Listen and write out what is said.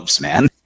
man